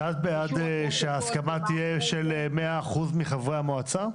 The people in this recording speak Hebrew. את בעד שההסכמה תהיה של 100 אחוזים מחברי המועצה?